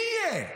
מי יהיה?